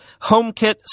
HomeKit